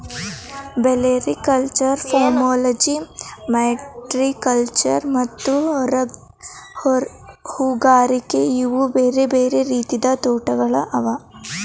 olericulture, pomology, viticulture ಮತ್ತ ಹೂಗಾರಿಕೆ ಇವು ಬೇರೆ ಬೇರೆ ರೀತಿದ್ ತೋಟಗೊಳ್ ಅವಾ